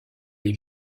les